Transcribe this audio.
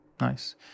nice